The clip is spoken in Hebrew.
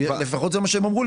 לפחות זה מה שאמרו.